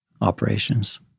operations